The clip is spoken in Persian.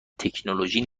تکنولوژی